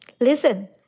Listen